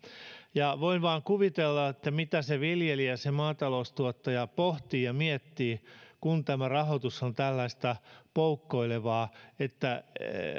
voin vain kuvitella mitä se viljelijä se maataloustuottaja pohtii ja miettii kun rahoitus on tällaista poukkoilevaa että